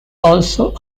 also